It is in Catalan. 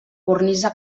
cornisa